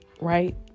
Right